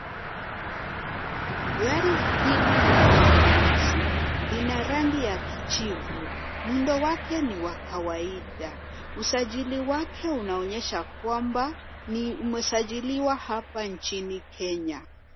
Gari hili ni la kibinafsi, lina rangi ya kijivu, muundo wake ni wa kawaida, usajili wake unaonyesha kwamba ni imesajiliwa hapa njini kenya.